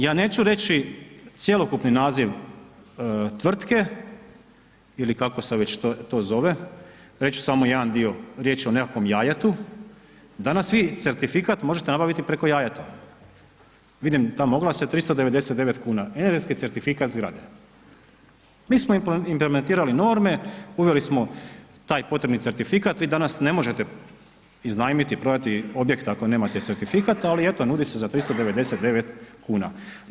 Ja neću reći cjelokupni naziv tvrtke ili kako se već to zove, reću samo jedan dio, riječ je o nekakvom jajetu, danas vi certifikat možete nabaviti preko Jajeta, vidim tamo oglase 399,00 kn energetski certifikat zgrade, mi smo implementirali norme, uveli smo taj potrebni certifikat, vi danas ne možete iznajmiti i prodati objekt ako nemate certifikat, ali eto nudi se za 399,00 kn.